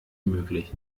möglich